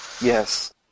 Yes